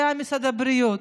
זה משרד הבריאות.